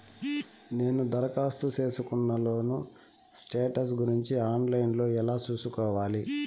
నేను దరఖాస్తు సేసుకున్న లోను స్టేటస్ గురించి ఆన్ లైను లో ఎలా సూసుకోవాలి?